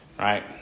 Right